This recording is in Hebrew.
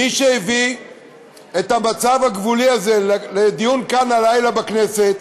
מי שהביא את המצב הגבולי הזה לדיון כאן הלילה בכנסת,